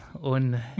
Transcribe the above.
on